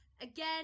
Again